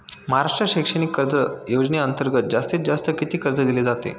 महाराष्ट्र शैक्षणिक कर्ज योजनेअंतर्गत जास्तीत जास्त किती कर्ज दिले जाते?